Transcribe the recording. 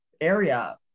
area